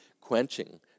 quenching